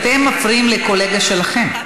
אתם מפריעים לקולגה שלכם.